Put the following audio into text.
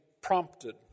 prompted